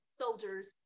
soldiers